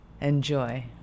Enjoy